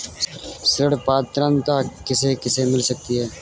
ऋण पात्रता किसे किसे मिल सकती है?